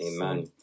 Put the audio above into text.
amen